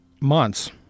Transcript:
months